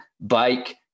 bike